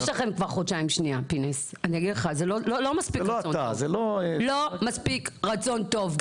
יש לכם כבר חודשיים, לא מספיק רצון טוב.